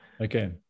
Okay